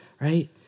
right